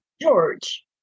George